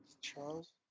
Charles